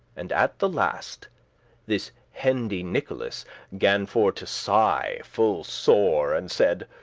and at the last this hendy nicholas gan for to sigh full sore, and said